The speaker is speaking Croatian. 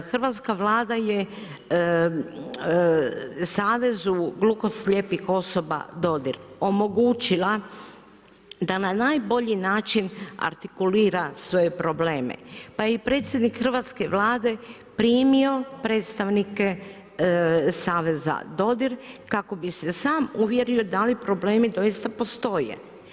Hrvatska Vlada je Savezu gluhoslijepih osoba Dodir, omogućila da na najbolji način artikulira svoje probleme, pa i predsjednik Hrvatske Vlade primio predstavnike saveza Dodir, kako bi se sam uvjerio da li problemi doista postoje.